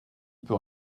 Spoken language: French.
peux